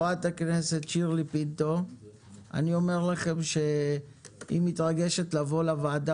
אני אומר לכם שהיא מתרגשת לבוא לוועדה